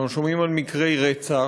אנחנו שומעים על מקרי רצח,